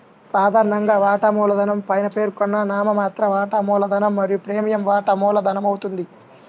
సాధారణంగా, వాటా మూలధనం పైన పేర్కొన్న నామమాత్ర వాటా మూలధనం మరియు ప్రీమియం వాటా మూలధనమవుతుంది